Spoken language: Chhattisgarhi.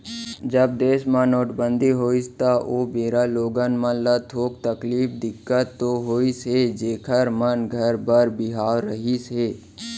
जब देस म नोटबंदी होइस त ओ बेरा लोगन मन ल थोक तकलीफ, दिक्कत तो होइस हे जेखर मन घर बर बिहाव रहिस हे